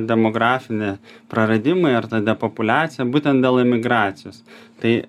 demografinį praradimai ar ta depopuliacija būtent dėl emigracijos tai